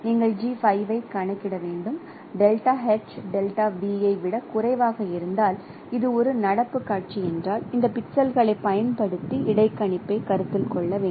நீங்கள் ஜி 5 ஐ கணக்கிட வேண்டும் ஐ விட குறைவாக இருந்தால் இது ஒரு நடப்பு காட்சி என்றால் இந்த பிக்சல்களைப் பயன்படுத்தி இடைக்கணிப்பைக் கருத்தில் கொள்ள வேண்டும்